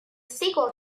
sequel